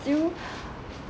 still